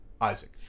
Isaac